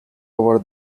over